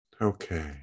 Okay